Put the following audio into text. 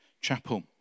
Chapel